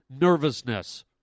nervousness